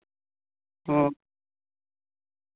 ᱦᱮᱸ